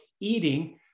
eating